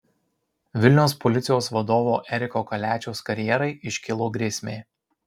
vilniaus policijos vadovo eriko kaliačiaus karjerai iškilo grėsmė